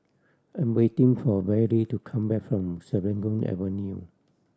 I'm waiting for Bailey to come back from Serangoon Avenue